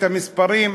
את המספרים?